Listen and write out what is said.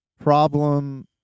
problem